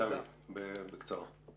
תמי, בקצרה.